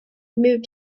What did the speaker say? moved